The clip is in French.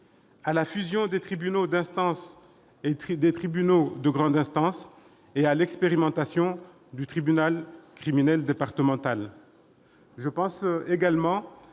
et des tribunaux de grande instance, ou encore à l'expérimentation du tribunal criminel départemental. Je pense également